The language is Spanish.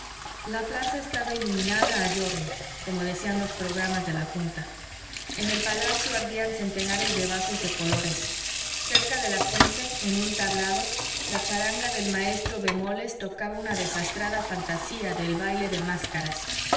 la plaza estaba iluminada a giorno como decían los programas de la junta en el palacio ardían centenares de vasos de colores cerca de la fuente en un tablado la charanga del maestro bemoles tocaba una desastrada fantasía del baile de máscaras